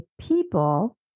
people